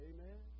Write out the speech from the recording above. Amen